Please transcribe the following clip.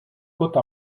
côte